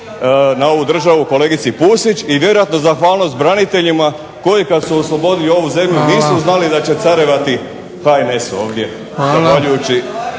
na ovu državu kolegici PUsić i vjerojatno zahvalnost braniteljima koji kada su oslobodili ovu zemlju nisu znali da će carevati HNS ovdje. **Bebić,